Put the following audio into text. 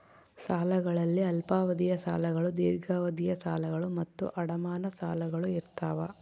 ಸಾಲಗಳಲ್ಲಿ ಅಲ್ಪಾವಧಿಯ ಸಾಲಗಳು ದೀರ್ಘಾವಧಿಯ ಸಾಲಗಳು ಮತ್ತು ಅಡಮಾನ ಸಾಲಗಳು ಇರ್ತಾವ